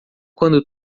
quando